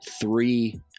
three